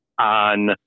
on